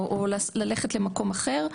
או ללכת למקום אחר.